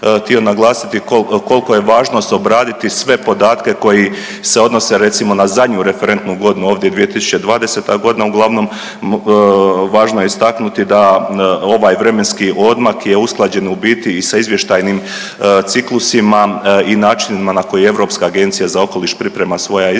htio naglasiti koliko je važnost obraditi sve podatke koji se odnose recimo na zadnju referentnu godinu, ovdje je 2020.g. uglavnom. Važno je istaknuti da ovaj vremenski odmak je usklađen u biti i sa izvještajnim ciklusima i načinima na koji Europska agencija za okoliš priprema svoja izvješća,